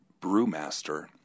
brewmaster